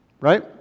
Right